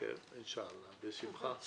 אוקיי, אינשאללה, בשמחה.